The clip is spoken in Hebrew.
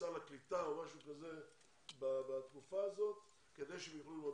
סל הקליטה או משהו כזה בתקופה הזאת כדי שהם יוכלו ללמוד.